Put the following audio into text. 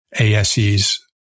ASE's